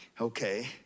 okay